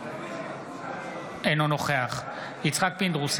אינו נוכח יצחק פינדרוס,